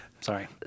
Sorry